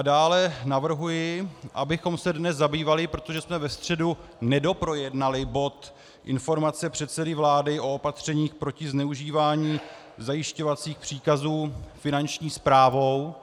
Dále navrhuji, abychom se dnes zabývali, protože jsme ve středu nedoprojednali bod Informace předsedy vlády o opatřeních proti zneužívání zajišťovacích příkazů Finanční správou.